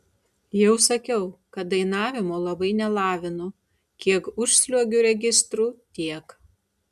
jau sakiau kad dainavimo labai nelavinu kiek užsliuogiu registru tiek